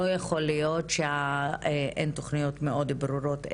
לא יכול להיות שאין תוכניות מאוד ברורות.